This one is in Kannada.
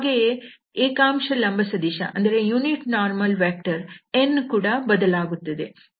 ಹಾಗೆಯೇ ಏಕಾಂಶ ಲಂಬ ಸದಿಶ n ಕೂಡ ಬದಲಾಗುತ್ತದೆ